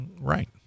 Right